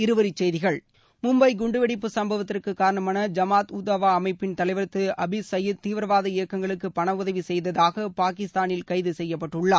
இருவரி செய்திகள் மும்பை குண்டுவெடிப்பு சும்பவத்திற்கு காரணமான ஜமாத் உத்தாவா அமைப்பின் தலைவா் அபிஸ் சயீத் தீவிரவாத இயக்கங்களுக்கு பண உதவி செய்ததாக பாகிஸ்தானில் கைது செய்யப்பட்டுள்ளார்